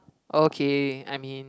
okay I mean